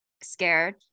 scared